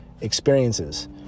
experiences